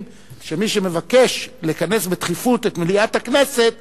שמי שמבקש לכנס בדחיפות את מליאת הכנסת,